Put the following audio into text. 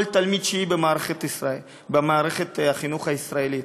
כל תלמיד תשיעי במערכת החינוך הישראלית.